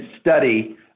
study